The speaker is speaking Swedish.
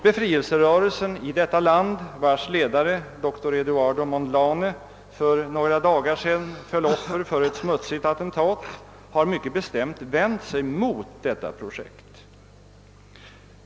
Befrielserörelsen i detta land, vars 1edare, doktor Eduardo Mondlane, för några dagar sedan föll offer för ett smutsigt attentat, har mycket bestämt vänt sig mot detta projekt.